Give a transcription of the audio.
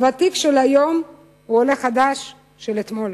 הוותיק של היום הוא העולה החדש של האתמול.